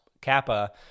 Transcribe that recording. Kappa